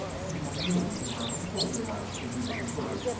he had really been out on colder nights when he was a bird,